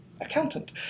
accountant